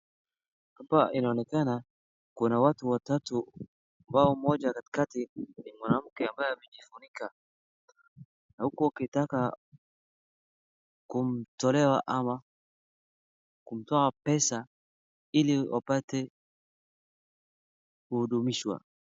Hapa inaonekana kuna watu watatu ambao mmoja katikati ni mwanamke ambaye amejifunika. Na huku ukitaka kumtolea ama kumtoa pesa ili wapate kuhudumishwa.